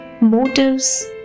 motives